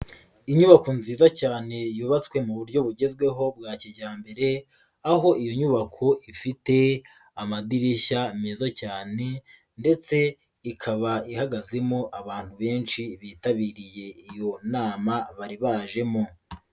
Inyubako nziza cyane yubatswe mu buryo bugezweho bwa kijyambere, aho iyo nyubako ifite amadirishya meza cyane ndetse ikaba ihagazemo abantu benshi bitabiriye iyo nama bari bajemo.